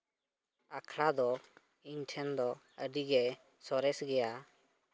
ᱟᱠᱷᱲᱟ ᱫᱚ ᱤᱧ ᱴᱷᱮᱱ ᱫᱚ ᱟᱹᱰᱤᱜᱮ ᱥᱚᱨᱮᱥ ᱜᱮᱭᱟ